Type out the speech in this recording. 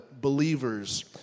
believers